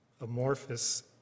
amorphous